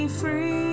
free